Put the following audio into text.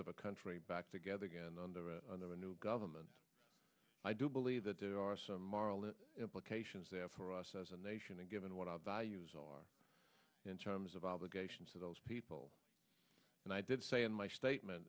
of a country back together again on the a new government i do believe that there are some moral it implications there for us as a nation and given what i've values or in terms of obligations to those people and i did say in my statement